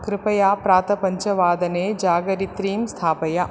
कृपया प्रातः पञ्चवादने जागरित्रीं स्थापय